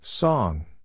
Song